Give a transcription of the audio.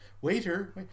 waiter